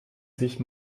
sich